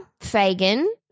Fagan